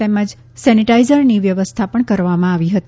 તેમજ સેનેટાઇઝરની વ્યવસ્થા કરવામાં આવી હતી